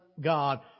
God